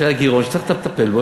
שהיה גירעון שצריך לטפל בו.